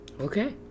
Okay